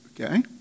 okay